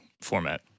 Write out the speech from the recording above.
format